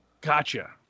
gotcha